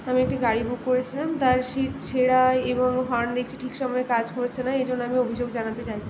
আমি একটি গাড়ি বুক করেছিলাম তার সিট ছেঁড়া এবং হর্ন দেখছি ঠিক সময়ে কাজ করছে না এই জন্য আমি অভিযোগ জানাতে চাই